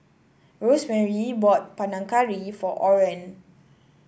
Rosemarie bought Panang Curry for Oren